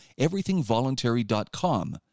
everythingvoluntary.com